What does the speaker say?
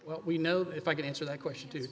what we know that if i could answer that question to